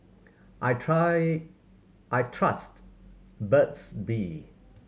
I try I trust Burt's Bee